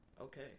Okay